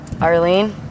Arlene